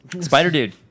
Spider-Dude